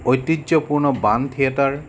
ঐতিয্যপূৰ্ণ বাণ থিয়েটাৰ